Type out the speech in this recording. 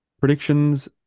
Predictions